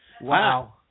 Wow